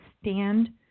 stand